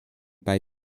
bei